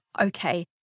okay